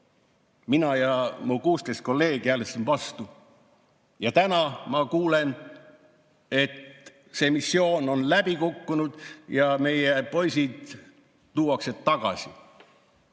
Mina ja mu 16 kolleegi hääletasime vastu. Ja täna ma kuulen, et see missioon on läbi kukkunud ja meie poisid tuuakse tagasi.